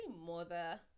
mother